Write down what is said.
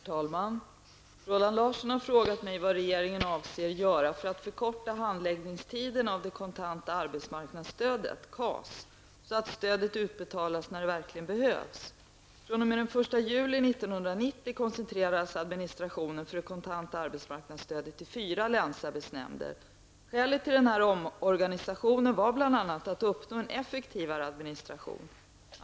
Herr talman! Roland Larsson har frågat mig vad regeringen avser göra för att förkorta handläggningstiderna när det gäller det kontanta arbetsmarknadsstödet, KAS, så att stödet utbetalas när det verkligen behövs. Skälet till denna omorganisation var bl.a. att man ville uppnå en effektivare administration.